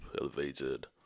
elevated